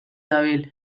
dabil